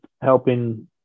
helping